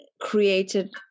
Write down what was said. created